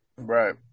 Right